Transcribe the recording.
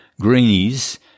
greenies